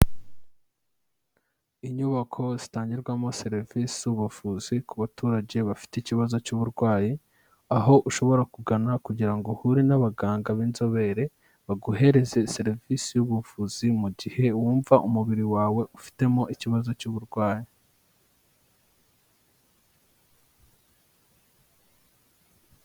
Inyubako zitangirwamo serivisi z'ubuvuzi ku baturage bafite ikibazo cy'uburwayi, aho ushobora kugana kugira ngo uhure n'abaganga b'inzobere baguhereze serivisi z'ubuvuzi mu gihe wumva umubiri wawe ufitemo ikibazo cy'uburwayi.